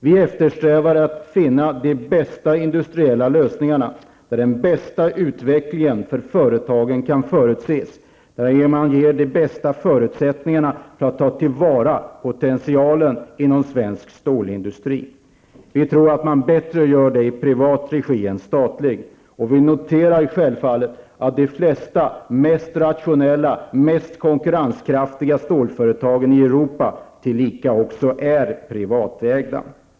Vi eftersträvar att finna de bästa industriella lösningarna där den bästa utvecklingen för företagen kan förutses och där man ger de bästa förutsättningarna för att ta till vara potentialen inom svensk stålindustri. Vi tror att man gör det bättre i privat regi än statlig. Vi noterar självfallet att de flesta, mest rationella och mest konkurrenskraftiga stålföretagen i Europa också är privatägda.